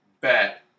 Bet